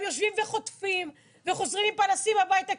יושבים וחוטפים וחוזרים עם פנסים הביתה.